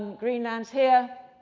greenland's here.